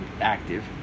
active